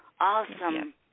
Awesome